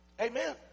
Amen